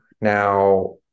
now